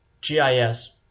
GIS